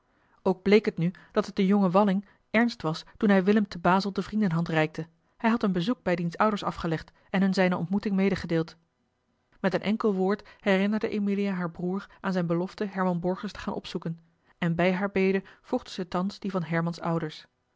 ook bleek het nu dat het den jongen walling ernst was toen hij willem te bazel de vriendenhand reikte hij had een bezoek bij diens ouders afgelegd en hun zijne ontmoeting medegedeeld met een enkel woord herinnerde emilia haar broer aan zijne belofte herman borgers te gaan opzoeken en bij hare bede voegde ze thans die van hermans ouders